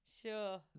Sure